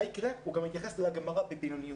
מה יקרה הוא גם יתייחס לגמרא בבינוניות,